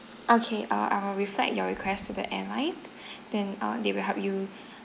okay uh I will reflect your request to the airlines then uh they will help you